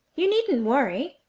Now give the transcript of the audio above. you needn't worry.